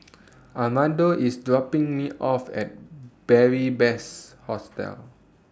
Armando IS dropping Me off At Beary Best Hostel